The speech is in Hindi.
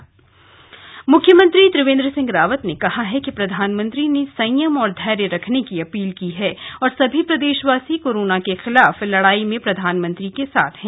सीएम अपील मुख्यमंत्री त्रिवेन्द्र सिंह रावत ने कहा है कि प्रधानमंत्री ने संयम और धैर्य रखने की अपील की है और सभी प्रदेशवासी कोरोना के खिलाफ लड़ाई में प्रधानमंत्री के साथ हैं